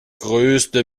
größte